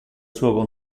suo